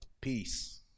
Peace